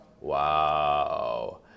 Wow